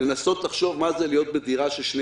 לנסות לחשוב מה זה להיות בדירה של שני